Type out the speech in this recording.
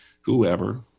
whoever